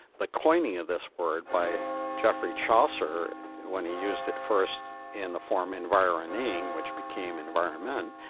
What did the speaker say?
the coining of this word by geoffrey chaucer when he used it first in the form environing, which became environment,